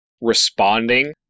responding